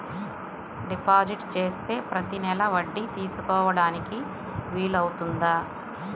Deposit చేస్తే ప్రతి నెల వడ్డీ తీసుకోవడానికి వీలు అవుతుందా?